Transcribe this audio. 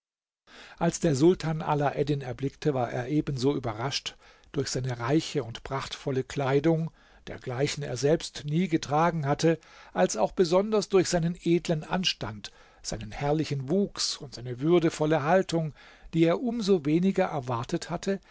als der sultan alaeddin erblickte war er ebenso überrascht durch seine reiche und prachtvolle kleidung dergleichen er selbst nie getragen hatte als auch besonders durch seinen edlen anstand seinen herrlichen wuchs und seine würdevolle haltung die er um so weniger erwartet hatte